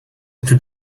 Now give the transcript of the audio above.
into